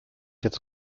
jetzt